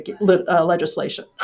legislation